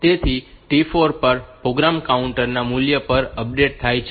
તેથી T4 પર program counter મૂલ્ય પણ અપડેટ થાય છે